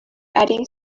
adding